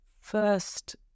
first